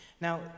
Now